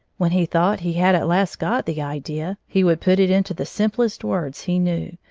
when he thought he had at last got the idea, he would put it into the simplest words he knew,